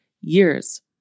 years